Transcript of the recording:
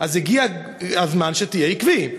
אז הגיע הזמן שתהיה עקבי.